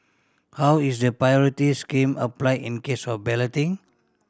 how is the priority scheme applied in case of balloting